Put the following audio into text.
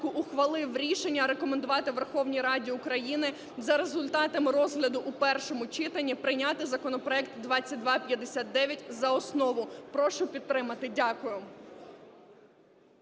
ухвалив рішення рекомендувати Верховній Раді України, за результатами розгляду у першому читанні прийняти законопроект 2259 за основу. Прошу підтримати. Дякую.